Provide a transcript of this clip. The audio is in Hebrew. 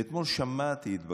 ואתמול שמעתי את בקשתו,